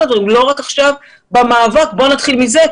ולא רק עכשיו במאבק ובואו נתחיל מזה,